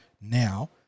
now